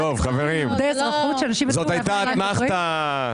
זאת הייתה אתנחתא.